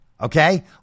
Okay